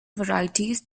varieties